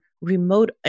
remote